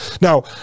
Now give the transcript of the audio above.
Now